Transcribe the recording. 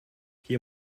hier